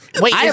Wait